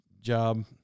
job